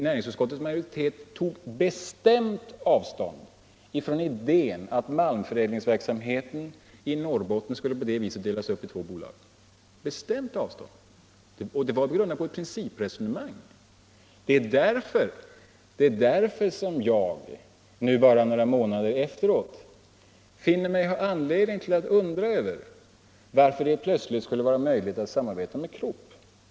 Näringsutskottets majoritet tog bestämt avstånd från idén att malmförädlingsverksamheten i Norrbotten skulle på det viset delas upp i två bolag — och det var grundat på ett principresonemang. Det är därför som jag nu bara några månader efteråt finner mig ha anledning att undra varför det plötsligt skulle vara möjligt att samarbeta med Krupp.